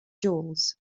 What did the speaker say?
jewels